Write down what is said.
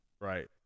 Right